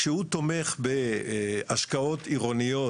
כשהוא תומך בהשקעות עירוניות,